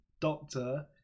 doctor